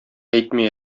әйтми